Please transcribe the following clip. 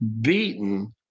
beaten